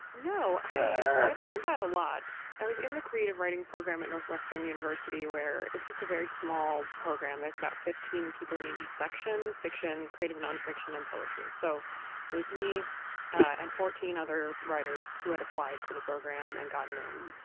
no, i i've had that a lot i was in the creative writing program at northwestern university, where it's just a very small program that's about fifteen people in intrasection fiction, creative nonfiction and poetry. so it was me and fourteen other writers who had applied to the program and gotten in.